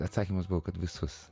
atsakymas buvo kad visus